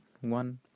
one